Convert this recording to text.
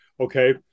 okay